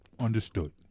understood